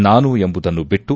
ನಾನು ಎಂಬುದನ್ನು ಬಿಟ್ಟು